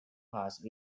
pass